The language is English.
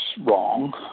wrong